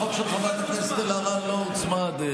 החוק של חברת הכנסת אלהרר לא הוצמד,